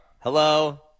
Hello